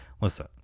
Listen